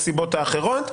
הסיבות האחרות.